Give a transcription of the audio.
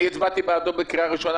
אני הצבעתי בעדו בקריאה הראשונה,